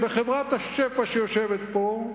בחברת השפע שיושבת פה,